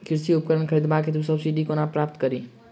कृषि उपकरण खरीदबाक हेतु सब्सिडी कोना प्राप्त कड़ी?